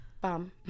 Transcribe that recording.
bum